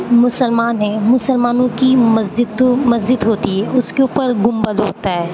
مسلمان ہیں مسلمانوں کی مسجد تو مسجد ہوتی ہے اس کے اوپر گنبد ہوتا ہے